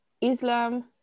islam